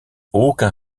aucun